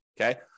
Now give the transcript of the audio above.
okay